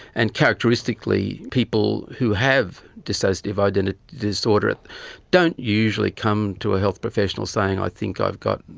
and characteristically people who have dissociative identity disorder don't usually come to a health professional saying i think i've got and